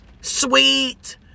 Sweet